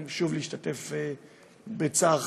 גם שוב להשתתף בצערך,